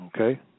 Okay